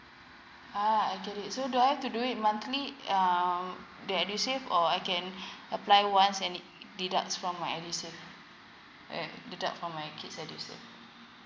uh I get it so do I have to do it monthly um the edusave or I can apply once and it deduct from my edusave uh yeah deduct from my kids edusave